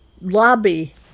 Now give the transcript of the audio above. lobby